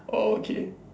okay